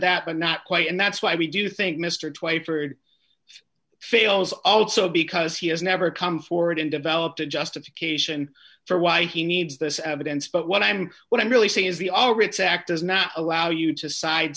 that but not quite and that's why we do think mr twyford fails also because he has never come forward and developed a justification for why he needs this evidence but what i'm what i'm really saying is the all writs act does not allow you to side